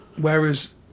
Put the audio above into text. whereas